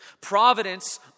providence